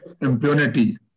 impunity